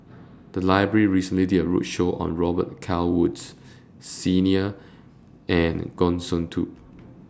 The Library recently did A roadshow on Robet Carr Woods Senior and Goh Sin Tub